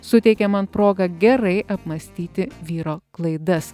suteikė man progą gerai apmąstyti vyro klaidas